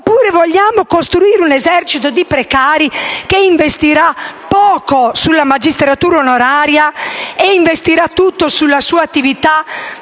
oppure vogliamo costruire un esercito di precari che investirà poco nella magistratura onoraria e tutto nella propria attività